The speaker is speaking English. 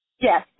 Yes